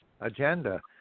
agenda